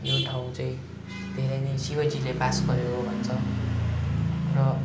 यो ठाउँ चाहिँ धेरै नै शिवजीले बास गरेको हो भन्छ र